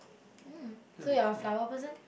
so you are a flower person